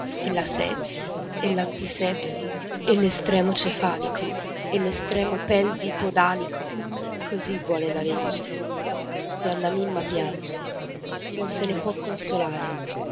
e la sepsi e l'antisepsi l'estremo cefalico l'estremo pelvi-podalico così vuole la legge donna mimma piange non se ne può consolare